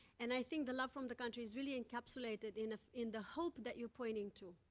and i think the love from the country is really encapsulated in ah in the hope that you're pointing to.